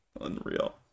Unreal